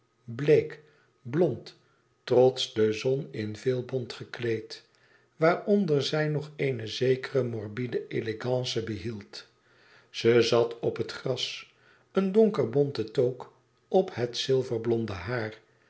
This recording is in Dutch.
bleek blond trots de zon in veel bont gekleed waaronder zij nog eene zekere morbide elegance behield ze zat op het gras een douker bonten toque op het zilverblonde haar